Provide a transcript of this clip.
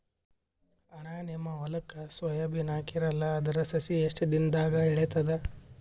ಅಣ್ಣಾ, ನಿಮ್ಮ ಹೊಲಕ್ಕ ಸೋಯ ಬೀನ ಹಾಕೀರಲಾ, ಅದರ ಸಸಿ ಎಷ್ಟ ದಿಂದಾಗ ಏಳತದ?